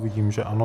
Vidím, že ano.